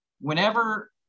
Whenever –